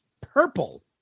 purple